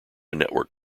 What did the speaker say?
network